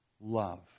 love